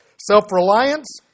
Self-reliance